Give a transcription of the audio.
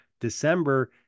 December